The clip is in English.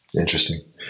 Interesting